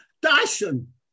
Dyson